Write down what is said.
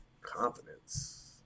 Confidence